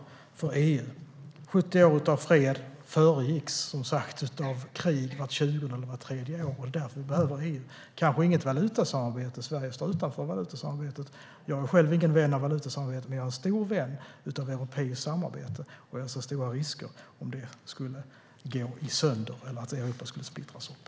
Vi har haft 70 år av fred som föregicks av krig vart tjugonde eller trettionde år. Det är därför vi behöver EU. Vi behöver kanske inte något valutasamarbete. Sverige står utanför valutasamarbetet. Jag är själv ingen vän av valutasamarbetet, men jag är en stor vän av europeiskt samarbete. Jag ser stora risker om det skulle gå sönder eller Europa skulle splittras upp.